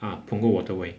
ah punggol waterway